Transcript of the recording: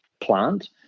plant